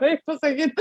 kaip pasakyti